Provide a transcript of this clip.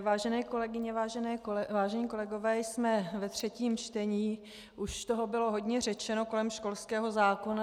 Vážené kolegyně, vážení kolegové, jsme ve třetím čtení, už toho bylo hodně řečeno kolem školského zákona.